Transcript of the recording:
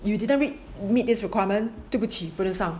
you didn't meet meet this requirement 对不起不能上